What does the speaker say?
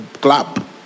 club